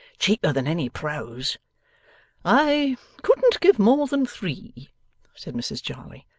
cheaper than any prose i couldn't give more than three said mrs jarley.